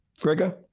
Gregor